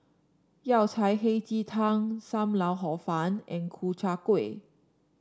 Yao Cai Hei Ji Tang Sam Lau Hor Fun and Ku Chai Kuih